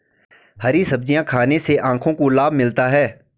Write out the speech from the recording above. हरी सब्जियाँ खाने से आँखों को लाभ मिलता है